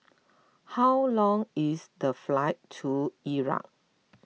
how long is the flight to Iraq